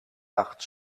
dacht